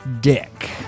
dick